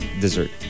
dessert